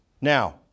Now